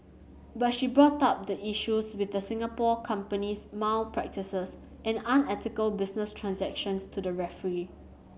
but she brought up the issues with the Singapore company's malpractices and unethical business transactions to the referee